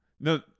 No